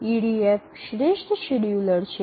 EDF શ્રેષ્ઠ scheduler છે